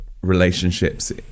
relationships